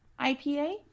IPA